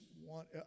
want